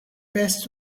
best